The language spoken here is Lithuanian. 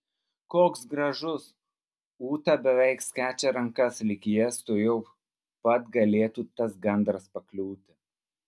koks gražus ūta beveik skečia rankas lyg į jas tuojau pat galėtų tas gandras pakliūti